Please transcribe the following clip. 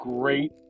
great